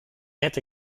hätte